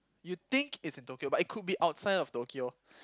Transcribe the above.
you think it's in Tokyo but could be outside of Tokyo